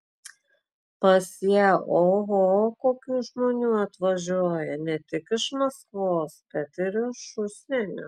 pas ją oho kokių žmonių atvažiuoja ne tik iš maskvos bet ir iš užsienio